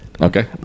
Okay